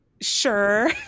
sure